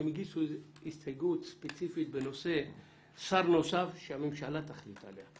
שהן הגישו איזו הסתייגות ספציפית בנושא שר נוסף שהממשלה תחליט עליו.